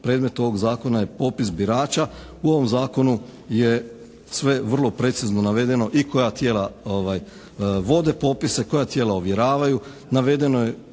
Predmet ovog zakona je popis birača. U ovom zakonu je sve vrlo precizno navedeno i koja tijela vode popise, koja tijela ovjeravaju.